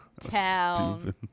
town